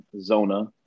Zona